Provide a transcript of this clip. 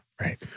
Right